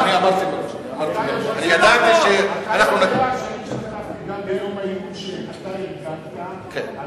אתה יודע שהשתתפתי ביום העיון שאתה ארגנת על